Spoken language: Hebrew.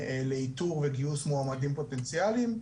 לאיתור וגיוס מועמדים פוטנציאליים,